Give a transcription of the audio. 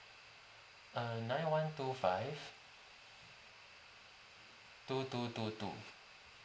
uh nine one two five two two two two